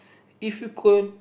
if you could